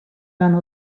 anno